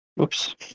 oops